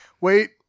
wait